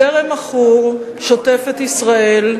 זרם עכור שוטף את ישראל,